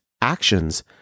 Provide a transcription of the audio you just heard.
actions